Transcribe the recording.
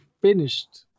finished